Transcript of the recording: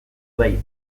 bai